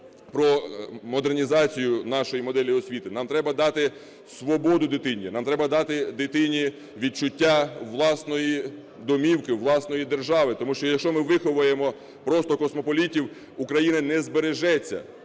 про модернізацію нашої моделі освіти. Нам треба дати свободу дитині, нам треба дати дитині відчуття власної домівки, власної держави, тому що, якщо ми виховаємо просто космополітів, Україна не збережеться,